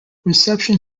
reception